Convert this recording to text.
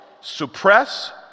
suppress